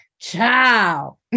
Ciao